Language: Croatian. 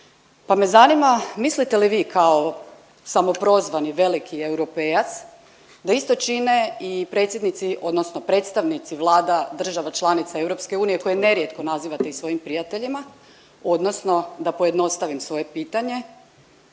Pa me zanima mislite li vi kao samoprozvani veliki europejac da isto čine i predsjednici odnosno predstavnici vlada država članica EU koje nerijetko nazivate i svojim prijateljima odnosno da pojednostavim svoje pitanje.